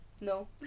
no